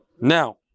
Now